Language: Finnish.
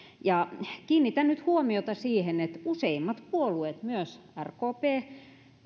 ja kiinnitän nyt huomiota siihen että useimmat puolueet myös rkp